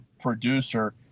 producer